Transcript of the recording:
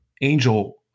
angel